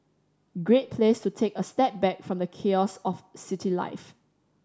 great place to take a step back from the chaos of city life